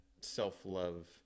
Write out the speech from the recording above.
self-love